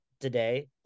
today